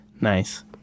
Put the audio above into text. Nice